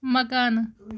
مکانہٕ